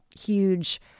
huge